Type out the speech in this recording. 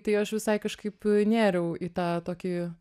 tai aš visai kažkaip nėriau į tą tokį